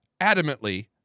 adamantly